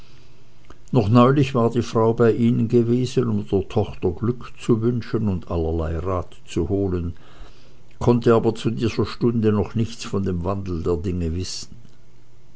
noch neulich war die frau bei ihnen gewesen um der tochter glück zu wünschen und allerlei rat zu holen konnte aber zu dieser stunde noch nichts von dem wandel der dinge wissen